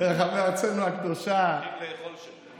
ברחבי ארצנו הקדושה, הולכים לאכול שם.